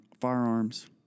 firearms